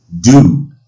dude